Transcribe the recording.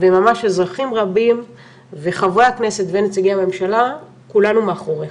וממש אזרחים רבים וחברי הכנסת ונציגי הממשלה כולנו מאחוריך.